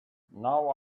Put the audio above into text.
now